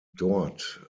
dort